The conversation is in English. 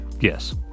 Yes